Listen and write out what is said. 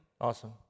Awesome